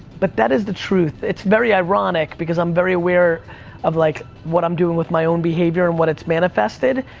but that is the truth, it's very ironic, because i'm very aware of, like, what i'm doing with my own behavior, and what it's manifested,